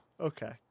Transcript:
Okay